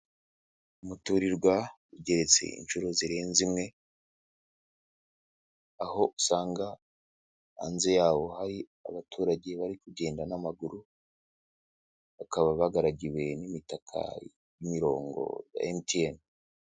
Umuturirwa ugeretse inshuro zirenze imwe aho usanga hanze yawo hari abaturage bari kugenda n'amaguru, bakaba bagaragiwe n'imitaka y'imirongo ya MTN.